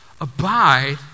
Abide